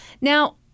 Now